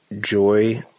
joy